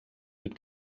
mit